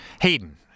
Hayden